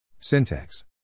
Syntax